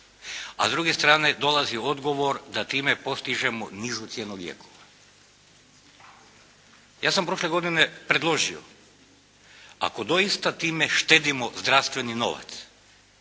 a s druge strane dolazi odgovor da time postižemo nižu cijenu lijekova. Ja sam prošle godine predložio, ako doista time štedimo zdravstveni novac,